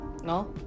No